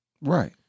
Right